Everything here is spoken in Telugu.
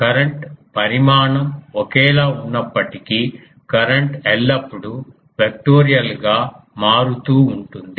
కరెంట్ పరిమాణం ఒకేలా ఉన్నప్పటికీ కరెంట్ ఎల్లప్పుడూ వెక్టోరియల్ గా మారుతూ ఉంటుంది